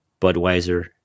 Budweiser